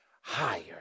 higher